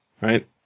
right